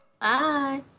Bye